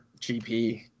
GP